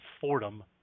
Fordham